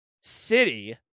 City